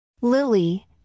Lily